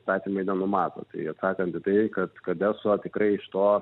įstatymai nenumato tai atsakant į tai kad kad eso tikrai iš to